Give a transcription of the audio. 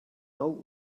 old